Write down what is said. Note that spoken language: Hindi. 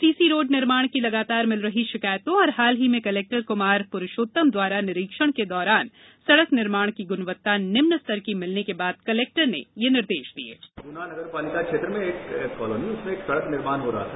सीसी रोड निर्माण की लगातार मिल रही शिकायतों और हाल ही में कलेक्टर कुमार पुरुषोत्तम द्वारा निरीक्षण के दौरान सड़क निर्माण की गुणवत्ता निम्न स्तर की मिलने के बाद कलेक्टर ने यह निर्देश दिए है